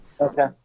Okay